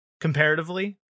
comparatively